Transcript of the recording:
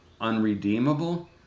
unredeemable